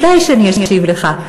ודאי שאני אשיב לך.